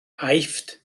aifft